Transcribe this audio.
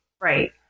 Right